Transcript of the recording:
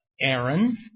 Aaron